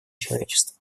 человечества